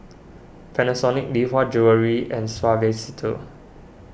Panasonic Lee Hwa Jewellery and Suavecito